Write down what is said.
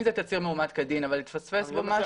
אנחנו אתך.